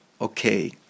okay